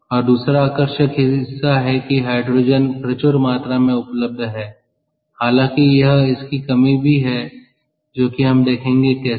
और दूसरा आकर्षक हिस्सा है कि हाइड्रोजन प्रचुर मात्रा में उपलब्ध है हालांकि यह इसकी कमी भी है जो कि हम देखेंगे कैसे